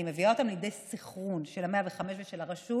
אני מביאה אותם לידי סנכרון של 105 ושל הרשות,